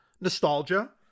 nostalgia